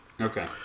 Okay